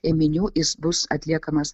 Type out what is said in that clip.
ėminių jis bus atliekamas